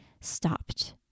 stopped